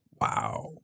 Wow